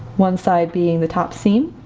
one side being the top seam,